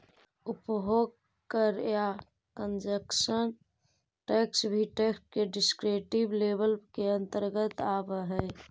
उपभोग कर या कंजप्शन टैक्स भी टैक्स के डिस्क्रिप्टिव लेबल के अंतर्गत आवऽ हई